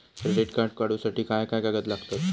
Credit card काढूसाठी काय काय लागत?